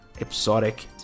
episodic